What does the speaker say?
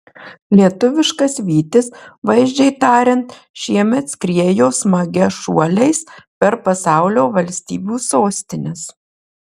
lietuviškas vytis vaizdžiai tariant šiemet skriejo smagia šuoliais per pasaulio valstybių sostines